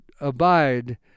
abide